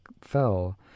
fell